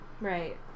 Right